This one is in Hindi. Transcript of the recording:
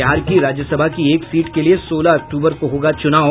बिहार की राज्यसभा की एक सीट के लिये सोलह अक्टूबर को होगा चुनाव